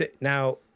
Now